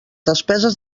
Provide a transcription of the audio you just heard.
despeses